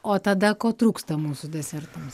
o tada ko trūksta mūsų desertams